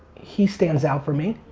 he stands out for me.